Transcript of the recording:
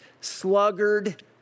sluggard